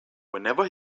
whenever